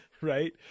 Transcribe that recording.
right